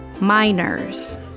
Miners